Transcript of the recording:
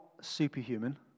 superhuman